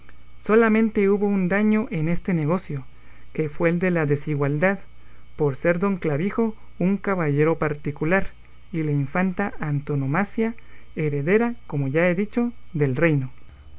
solamente hubo un daño en este negocio que fue el de la desigualdad por ser don clavijo un caballero particular y la infanta antonomasia heredera como ya he dicho del reino